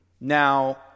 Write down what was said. Now